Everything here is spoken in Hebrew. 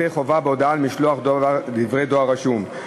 פרטי חובה בהודעה על משלוח דבר דואר רשום).